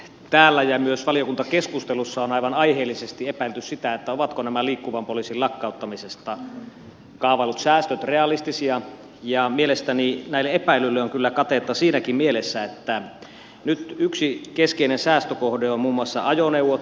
täällä ja myös valiokuntakeskustelussa on aivan aiheellisesti epäilty sitä ovatko nämä liikkuvan poliisin lakkauttamisesta kaavaillut säästöt realistisia ja mielestäni näille epäilyille on kyllä katetta siinäkin mielessä että nyt yksi keskeinen säästökohde on muun muassa ajoneuvot